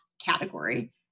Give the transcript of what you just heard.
category